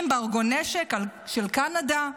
אמברגו נשק של קנדה,